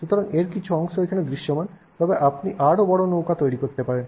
সুতরাং এর কিছু অংশ এখানে দৃশ্যমান তবে আপনি আরও বড় নৌকা তৈরি করতে পারেন